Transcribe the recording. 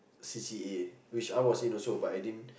C_C_A which I was in also but I didn't